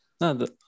no